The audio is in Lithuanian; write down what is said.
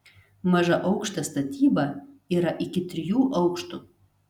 mažaaukštė statyba yra iki trijų aukštų